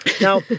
Now